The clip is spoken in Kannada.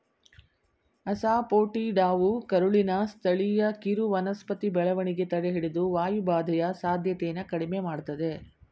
ಅಸಾಫೋಟಿಡಾವು ಕರುಳಿನ ಸ್ಥಳೀಯ ಕಿರುವನಸ್ಪತಿ ಬೆಳವಣಿಗೆ ತಡೆಹಿಡಿದು ವಾಯುಬಾಧೆಯ ಸಾಧ್ಯತೆನ ಕಡಿಮೆ ಮಾಡ್ತದೆ